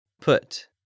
Put